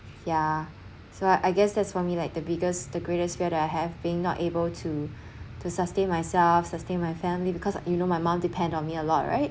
yeah so I guess that's for me like the biggest the greatest fear that I have being not able to to sustain myself sustain my family because you know my mum depend on me a lot right